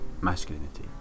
masculinity